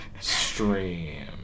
stream